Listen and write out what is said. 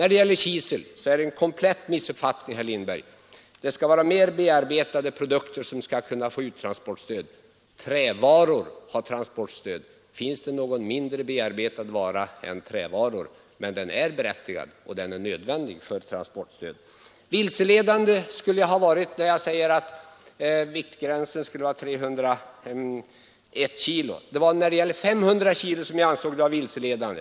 När det gäller kisel visar herr Lindberg en komplett missuppfattning. Han säger att det skall vara mer bearbetade produkter för att kunna få uttransportstöd. Men trävaror har transportstöd. Finns det någon mindre bearbetad vara än trävaror? Men stöd till trävaror är berättigat och nödvändigt. Jag skulle ha varit vilseledande när jag sagt att begränsningen satts till 301 kg. Men det var i fråga om den nuvarande gränsen, 500 kg, som jag ansåg uppgifterna vilseledande.